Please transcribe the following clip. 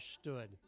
stood